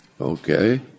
Okay